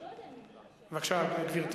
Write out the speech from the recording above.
בבקשה, גברתי.